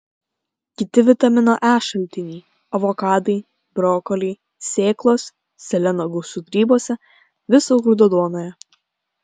kiti vitamino e šaltiniai avokadai brokoliai sėklos seleno gausu grybuose viso grūdo duonoje